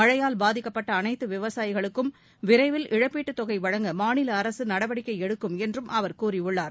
மழையால் பாதிக்கப்பட்ட அனைத்து விவசாயிகளுக்கும் விரைவில் இழப்பீட்டு தொகை வழங்க மாநில அரசு நடவடிக்கை எடுக்கும் என்றும் அவர் கூறியுள்ளார்